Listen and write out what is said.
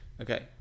Okay